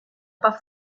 pas